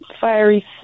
fiery